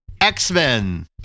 X-Men